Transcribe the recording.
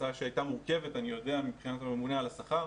הצעה שאני יודע שהייתה מורכבת מבחינת הממונה על השכר,